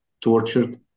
tortured